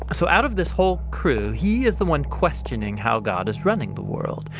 so out of this whole crew he is the one questioning how god is running the world.